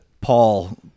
Paul